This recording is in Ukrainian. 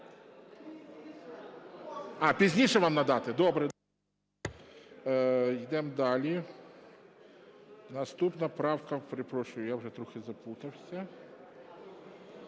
А, пізніше вам надати? Добре. Йдемо далі. Наступна правка… Перепрошую, я вже трохи заплутався.